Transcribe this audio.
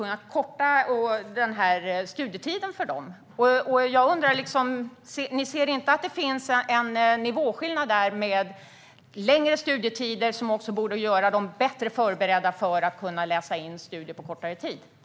Ni ser inte att det finns en nivåskillnad där, att längre studietid borde göra dem bättre förberedda för att kunna läsa in studierna på kortare tid?